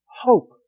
hope